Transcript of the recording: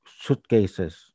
suitcases